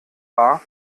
wahr